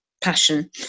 passion